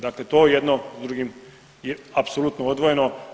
Dakle, to je jedno s drugim apsolutno odvojeno.